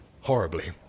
Horribly